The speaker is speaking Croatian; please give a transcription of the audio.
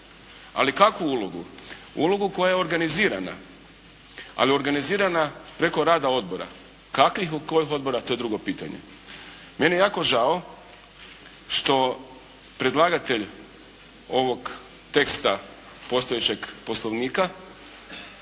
Ali kakvu ulogu? Ulogu koja je organizirana, ali organizirana preko rada odbora. Kakvih, kojih odbora? To je drugo pitanje. Meni je jako žao što predlagatelj ovog teksta postojećeg Poslovnika